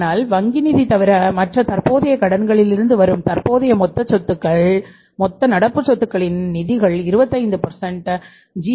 ஆனால் வங்கி நிதி தவிர மற்ற தற்போதைய கடன்களிலிருந்து வரும் தற்போதைய மொத்த நடப்பு சொத்துகளின் நிதிகள் 25 ஜி